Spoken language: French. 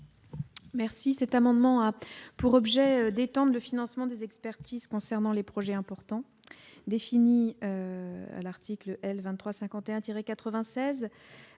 Merci, cet amendement a pour objet d'de financement des expertises concernant les projets importants défini à l'article L.